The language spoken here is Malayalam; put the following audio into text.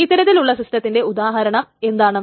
ഇത്തരത്തിലുള്ള സിസ്റ്റത്തിന്റെ ഉദാഹരണം എന്താണ്